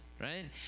right